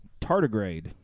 Tardigrade